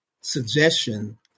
suggestion